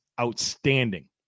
outstanding